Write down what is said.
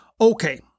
Okay